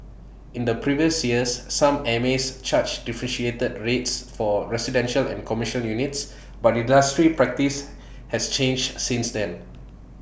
in the previous years some mas charged differentiated rates for residential and commercial units but industry practice has changed since then